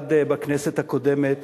נולד בכנסת הקודמת,